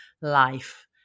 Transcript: life